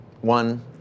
One